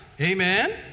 Amen